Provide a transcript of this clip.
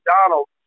Donald